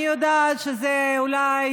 אני יודעת שזה אולי